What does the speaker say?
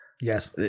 Yes